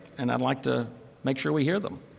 and i'd like to make sure we hear them,